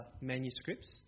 manuscripts